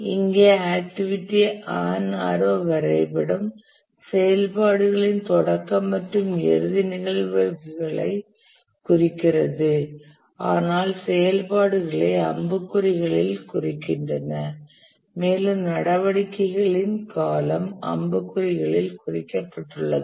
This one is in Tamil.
இங்கே ஆக்டிவிட்டி ஆன் ஆரோ வரைபடம் செயல்பாடுகளின் தொடக்க மற்றும் இறுதி நிகழ்வுகளைக் குறிக்கிறது ஆனால் செயல்பாடுகளை அம்புக்குறிகளில் குறிக்கின்றன மேலும் நடவடிக்கைகளின் காலம் அம்புக்குறிகளில் குறிக்கப்பட்டுள்ளது